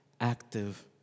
active